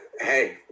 hey